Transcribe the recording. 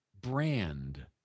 brand